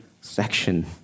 section